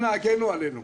אנא הגנו עלינו,